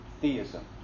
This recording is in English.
theism